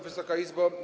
Wysoka Izbo!